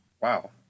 Wow